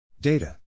Data